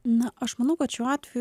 na aš manau kad šiuo atveju